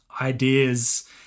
ideas